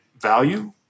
value